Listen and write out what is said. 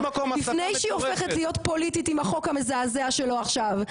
לפני שהיא הופכת להיות פוליטית עם החוק המזעזע שלו עכשיו,